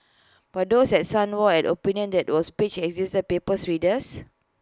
but those at The Sun were opinion that was page existed paper's readers